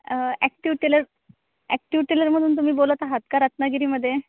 active tailor active टेलरमधून तुम्ही बोलत आहात का रत्नागिरीमध्ये